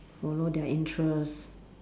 follow their interests